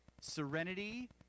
serenity